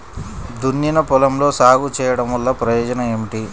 దున్నిన పొలంలో సాగు చేయడం వల్ల ప్రయోజనం ఏమిటి?